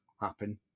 happen